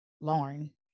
Lauren